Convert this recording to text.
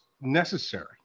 necessary